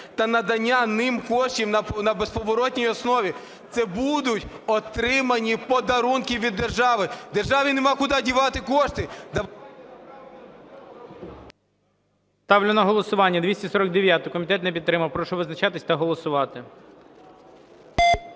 та надання їм коштів на безповоротній основі. Це будуть отримані подарунки від держави. Державі нема куди дівати кошти?